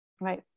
Right